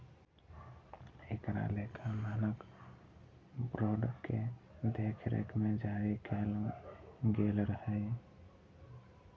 एकरा लेखा मानक बोर्ड के देखरेख मे जारी कैल गेल रहै